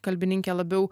kalbininkė labiau